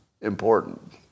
important